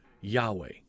Yahweh